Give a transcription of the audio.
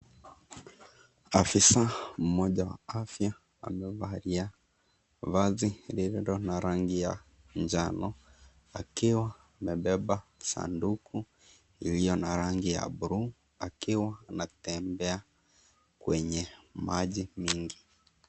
Afisa mmoja wa afya amevalia vasi lililo na rangi ya njano. Akiwa amebeba sanduku iliyo na rangi bluu. Akiwa anatembea kwenye maji mingi.